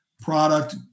product